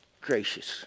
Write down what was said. Gracious